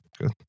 Good